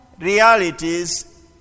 realities